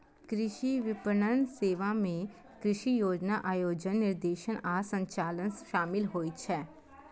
कृषि विपणन सेवा मे कृषि योजना, आयोजन, निर्देशन आ संचालन शामिल होइ छै